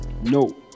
No